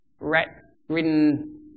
rat-ridden